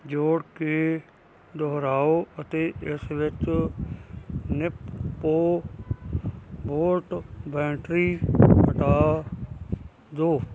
ਜੋੜ ਕੇ ਦੁਹਰਾਓ ਅਤੇ ਇਸ ਵਿੱਚ ਨਿਪਪੋ ਵੋਲਟ ਬੈਟਰੀ ਹਟਾ ਦੋ